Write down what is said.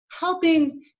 helping